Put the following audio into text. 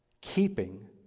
keeping